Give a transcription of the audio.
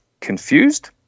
Confused